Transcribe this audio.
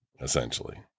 essentially